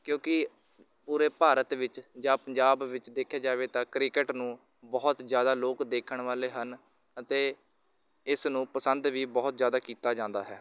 ਕਿਉੰਕਿ ਪੂਰੇ ਭਾਰਤ ਵਿੱਚ ਜਾਂ ਪੰਜਾਬ ਵਿੱਚ ਦੇਖਿਆ ਜਾਵੇ ਤਾਂ ਕ੍ਰਿਕਟ ਨੂੰ ਬਹੁਤ ਜ਼ਿਆਦਾ ਲੋਕ ਦੇਖਣ ਵਾਲੇ ਹਨ ਅਤੇ ਇਸ ਨੂੰ ਪਸੰਦ ਵੀ ਬਹੁਤ ਜ਼ਿਆਦਾ ਕੀਤਾ ਜਾਂਦਾ ਹੈ